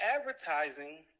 advertising